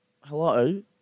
Hello